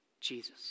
Jesus